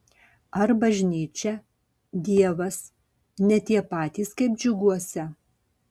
ar bažnyčia dievas ne tie patys kaip džiuguose